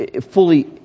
fully